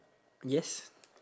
yes